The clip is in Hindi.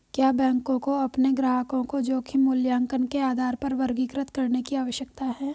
क्या बैंकों को अपने ग्राहकों को जोखिम मूल्यांकन के आधार पर वर्गीकृत करने की आवश्यकता है?